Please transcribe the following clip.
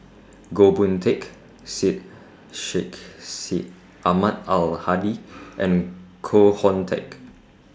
Goh Boon Teck Syed Sheikh Syed Ahmad Al Hadi and Koh Hoon Teck